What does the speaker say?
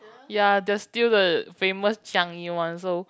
ya they're still the famous Changi one so